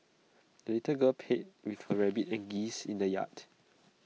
the little girl played with her rabbit and geese in the yard